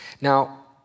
Now